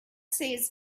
says